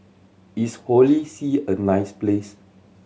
is Holy See a nice place